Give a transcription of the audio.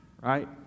right